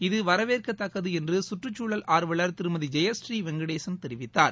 இது வரவேற்கத்தக்கதுஎன்றுகற்றுக்குழல் ஆர்வலர் திருமதிஜெயபுரீ வெங்கடேசன் தெரிவித்தார்